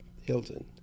Hilton